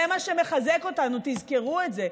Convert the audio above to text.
זה מה שמחזק אותנו, תזכרו את זה.